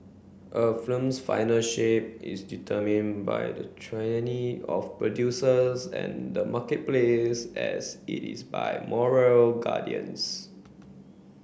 a film's final shape is determine by the tyranny of producers and the marketplace as it is by moral guardians